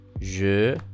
Je